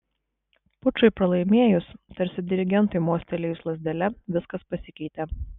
pučui pralaimėjus tarsi dirigentui mostelėjus lazdele viskas pasikeitė